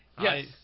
Yes